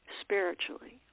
spiritually